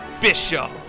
Bishop